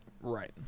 right